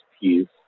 piece